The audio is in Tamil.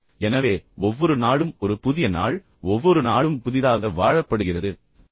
எனவே ஒவ்வொரு நாளும் ஒரு புதிய நாள் ஒவ்வொரு நாளும் புதிதாக வாழப்படுகிறது புதிதாக அனுபவிக்கப்படுகிறது